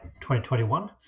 2021